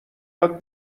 یاد